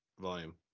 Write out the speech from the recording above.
volume